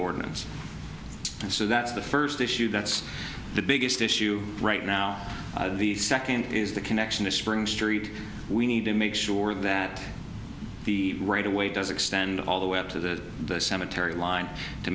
ordinance so that's the first issue that's the biggest issue right now the second is the connection to spring street we need to make sure that the right away does extend all the way up to the cemetery line to